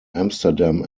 amsterdam